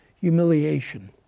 humiliation